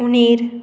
उणीर